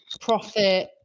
profit